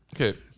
okay